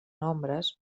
nombres